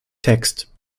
text